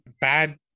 bad